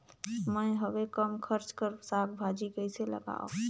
मैं हवे कम खर्च कर साग भाजी कइसे लगाव?